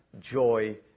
joy